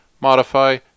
modify